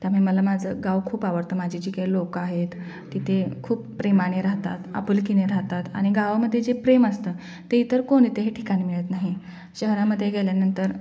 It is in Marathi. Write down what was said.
त्यामुळे मला माझं गाव खूप आवडतं माझी जी काय लोकं आहेत तिथे खूप प्रेमाने राहतात आपुलकीने राहतात आणि गावामध्ये जे प्रेम असतं ते इतर कोणत्याही ठिकाणी मिळत नाही शहरामध्ये गेल्यानंतर